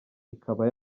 ikaba